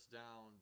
down